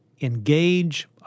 engage